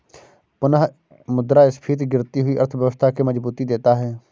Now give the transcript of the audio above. पुनःमुद्रस्फीति गिरती हुई अर्थव्यवस्था के मजबूती देता है